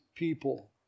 People